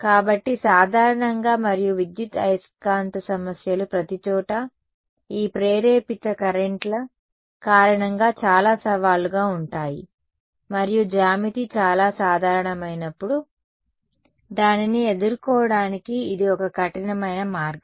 కాబట్టి సాధారణంగా మరియు విద్యుదయస్కాంత సమస్యలు ప్రతిచోటా ఈ ప్రేరేపిత కరెంట్ల కారణంగా చాలా సవాలుగా ఉంటాయి మరియు జ్యామితి చాలా సాధారణమైనప్పుడు దానిని ఎదుర్కోవటానికి ఇది ఒక కఠినమైన మార్గం